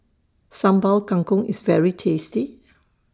Sambal Kangkong IS very tasty